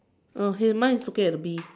no he mine is looking at the bee